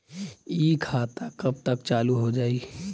इ खाता कब तक चालू हो जाई?